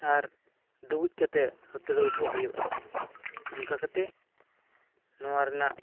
ᱟᱨ ᱰᱩᱵᱩᱡ ᱠᱟᱛᱮᱜ ᱦᱟᱹᱛᱷᱲᱟᱹᱣ ᱠᱚ ᱦᱩᱭᱩᱜᱼᱟ ᱚᱱᱠᱟ ᱠᱟᱛᱮᱜ ᱱᱚᱣᱟ ᱨᱮᱱᱟᱜ